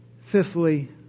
Fifthly